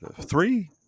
three